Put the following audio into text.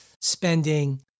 spending